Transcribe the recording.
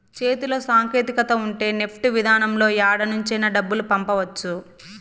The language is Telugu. చేతిలో సాంకేతికత ఉంటే నెఫ్ట్ విధానంలో యాడ నుంచైనా డబ్బులు పంపవచ్చు